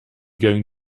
going